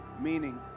Meaning